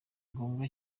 ngombwa